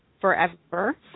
forever